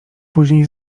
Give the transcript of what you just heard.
później